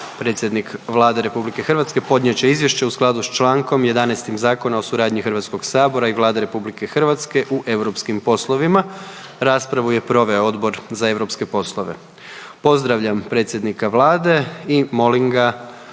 Predsjednik Vlade RH podnijet će izvješće u skladu s čl. 11. Zakona o suradnji HS i Vlade RH u europskim poslovima. Raspravu je proveo Odbor za europske poslove. Pozdravljam predsjednika vlade i molim ga